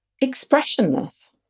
expressionless